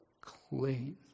clean